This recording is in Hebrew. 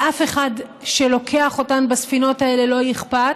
לאף אחד שלוקח אותן בספינות האלה לא אכפת,